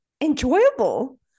enjoyable